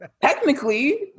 technically